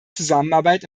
zusammenarbeit